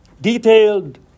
detailed